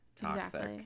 toxic